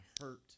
hurt